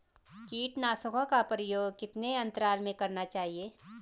कीटनाशकों का प्रयोग कितने अंतराल में करना चाहिए?